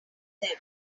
them